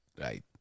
Right